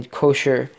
kosher